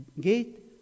gate